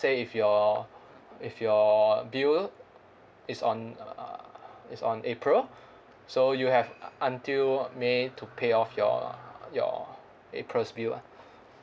say if your if your bill is on uh is on april so you have until may to pay off your your april's bill lah